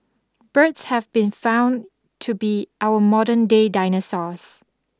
birds have been found to be our modern-day dinosaurs